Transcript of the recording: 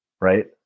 right